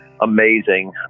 amazing